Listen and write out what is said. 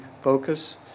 focus